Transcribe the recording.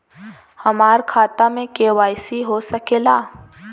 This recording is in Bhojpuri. हमार खाता में के.वाइ.सी हो सकेला?